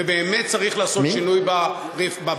ובאמת צריך לעשות שינוי בבנקים,